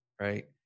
Right